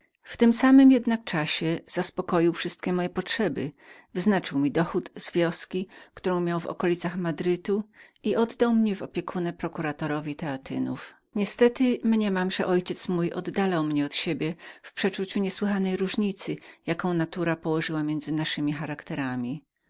w tym samym jednak czasie zaopatrzył wszystkie moje potrzeby wyznaczył mi dochód z wioski którą miał w okolicach madrytu i oddał mnie w opiekę prokuratorowi teatynów niestety mniemam że ojciec mój oddalał mnie od siebie w przeczuciu niesłychanej różnicy jaką natura położyła między naszemi